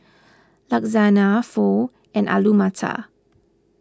Lasagna Pho and Alu Matar